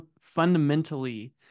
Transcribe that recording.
fundamentally